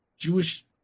Jewish